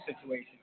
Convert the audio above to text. situation